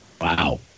Wow